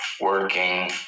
working